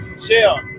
Chill